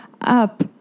up